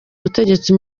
ubutegetsi